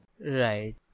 Right